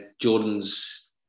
Jordan's